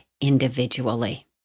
individually